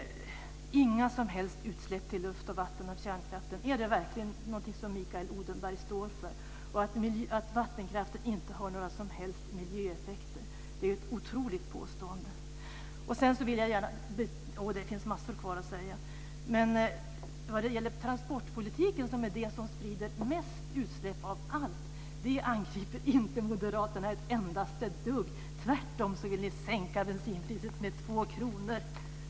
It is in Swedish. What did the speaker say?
Inga som helst utsläpp till luft och vatten från kärnkraften - är det verkligen någonting som Mikael Odenberg står för? Att vattenkraften inte har några som helst miljöeffekter är ett otroligt påstående. Transportpolitiken, som är det som sprider mest utsläpp av allt, angriper inte moderaterna ett endaste dugg. Tvärtom vill de sänka bensinpriset med 2 kr.